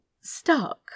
stuck